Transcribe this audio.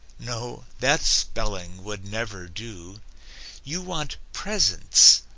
no, that spelling would never do you want presents,